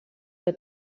que